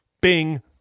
bing